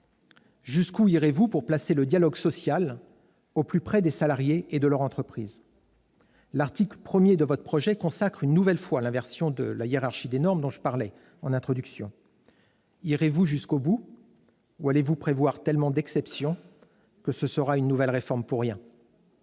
Jusqu'où irez-vous pour placer le dialogue social au plus près des salariés et de leur entreprise ? L'article 1 de votre projet consacre une nouvelle fois l'inversion de la hiérarchie des normes que j'ai évoquée. Irez-vous jusqu'au bout ou allez-vous prévoir tellement d'exceptions que ce sera une nouvelle réforme pour rien ?